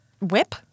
Whip